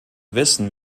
wissen